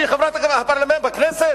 שהיא חברת הפרלמנט בכנסת?